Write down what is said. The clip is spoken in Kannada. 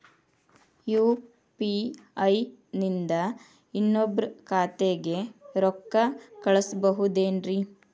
ಯು.ಪಿ.ಐ ನಿಂದ ಇನ್ನೊಬ್ರ ಖಾತೆಗೆ ರೊಕ್ಕ ಕಳ್ಸಬಹುದೇನ್ರಿ?